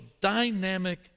dynamic